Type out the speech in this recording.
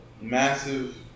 massive